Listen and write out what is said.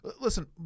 Listen